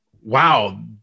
Wow